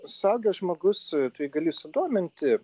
suaugęs žmogus tai gali sudominti